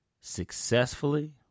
successfully